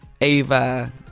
Ava